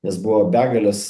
nes buvo begalės